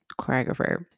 choreographer